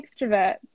extrovert